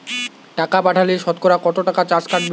টাকা পাঠালে সতকরা কত টাকা চার্জ কাটবে?